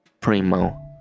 Primo